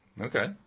Okay